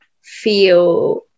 feel